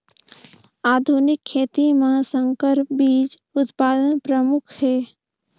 आधुनिक खेती म संकर बीज उत्पादन प्रमुख हे